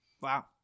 Wow